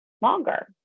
longer